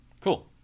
Cool